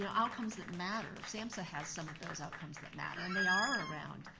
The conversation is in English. yeah outcomes that matter. samhsa has some of those outcomes that matter and they are around,